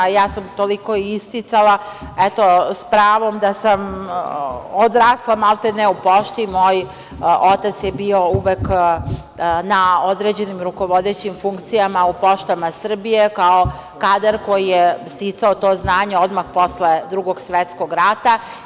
Toliko sam i isticala, eto, s pravom da sam odrasla maltene u pošti, moj otac je bio uvek na određenim rukovodećim funkcijama u „Poštama Srbije“, kao kadar koji je sticao to znanje odmah posle Drugog svetskog rata.